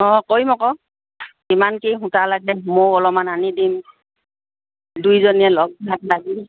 অঁ কৰিম আকৌ কিমান কি সূতা লাগে ময়ো অলপমান আনি দিম দুয়োজনীয়ে লগ ভাত লাগি